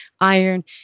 iron